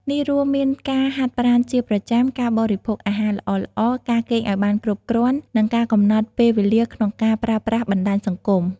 នេះរួមមានការហាត់ប្រាណជាប្រចាំ ការបរិភោគអាហារល្អៗ ការគេងឱ្យបានគ្រប់គ្រាន់ និងការកំណត់ពេលវេលាក្នុងការប្រើប្រាស់បណ្ដាញសង្គម។